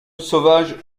sauvage